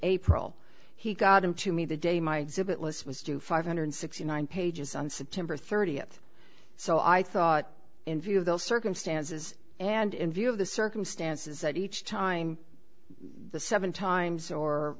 april he got them to me the day my exhibit list was due five hundred sixty nine pages on september thirtieth so i thought in view of those circumstances and in view of the circumstances that each time the seven times or